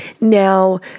Now